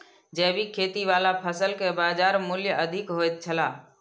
जैविक खेती वाला फसल के बाजार मूल्य अधिक होयत छला